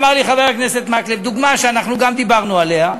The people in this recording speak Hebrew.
אמר לי חבר הכנסת מקלב דוגמה שאנחנו גם דיברנו עליה,